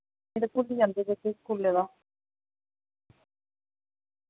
नी तां भुल्ली जन्दे बच्चे स्कूले दा